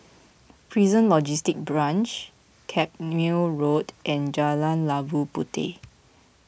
Prison Logistic Branch Carpmael Road and Jalan Labu Puteh